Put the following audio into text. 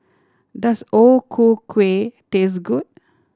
does O Ku Kueh taste good